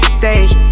stage